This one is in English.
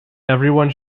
everyone